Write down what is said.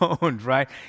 right